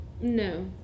No